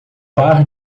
par